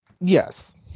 Yes